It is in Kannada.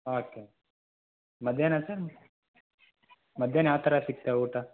ಓಕೆ ಮಧ್ಯಾಹ್ನ ಸರ್ ಮಧ್ಯಾಹ್ನ ಯಾವ ಥರ ಸಿಗ್ತವೆ ಊಟ